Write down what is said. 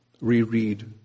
Reread